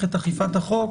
ואכיפת החוק